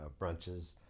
brunches